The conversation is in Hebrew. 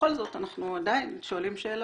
ובכל זאת אנחנו עדיין שואלים שאלות,